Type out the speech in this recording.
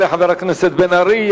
תודה לחבר הכנסת בן-ארי.